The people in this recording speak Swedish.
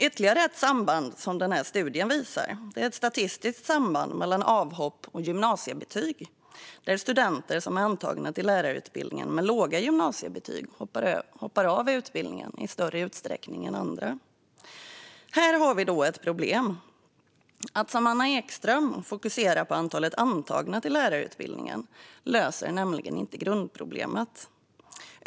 Ytterligare ett samband som studien visar är ett statistiskt samband mellan avhopp och gymnasiebetyg. Studenter som är antagna till lärarutbildningen med låga gymnasiebetyg hoppar av utbildningen i större utsträckning än andra. Här har vi ett problem. Att som Anna Ekström fokusera på antalet antagna till lärarutbildningen löser nämligen inte grundproblemet.